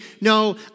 no